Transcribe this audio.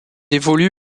évolue